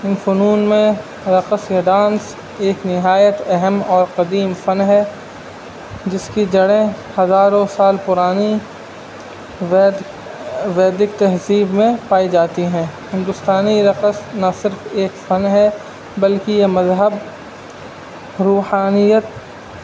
ان فنون میں رقص ڈانس ایک نہایت اہم اور قدیم فن ہے جس کی جڑیں ہزاروں سال پرانی وید ویدک تہذیب میں پائی جاتی ہیں ہندوستانی رقص نہ صرف ایک فن ہے بلکہ یہ مذہب روحانیت